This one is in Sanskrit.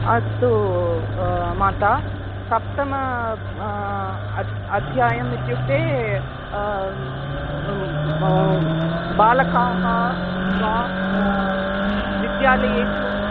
अस्तु मातः सप्तम अद् अध्यायम् इत्युक्ते बालकाः वा विद्यालयेषु